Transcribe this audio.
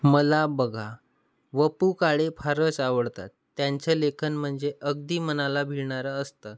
मला बघा वपू काळे फारच आवडतात त्यांचं लेखन म्हणजे अगदी मनाला भिडणार असतं